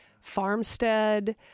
farmstead